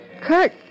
Kirk